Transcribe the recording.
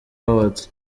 awards